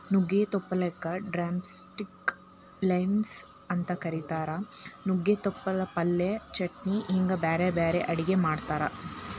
ನುಗ್ಗಿ ತಪ್ಪಲಕ drumstick leaves ಅಂತ ಕರೇತಾರ, ನುಗ್ಗೆ ತಪ್ಪಲ ಪಲ್ಯ, ಚಟ್ನಿ ಹಿಂಗ್ ಬ್ಯಾರ್ಬ್ಯಾರೇ ಅಡುಗಿ ಮಾಡ್ತಾರ